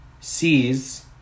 sees